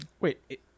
Wait